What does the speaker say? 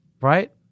right